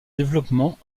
développement